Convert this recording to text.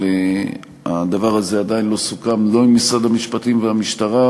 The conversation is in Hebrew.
אבל הדבר הזה עדיין לא סוכם עם משרד המשפטים והמשטרה,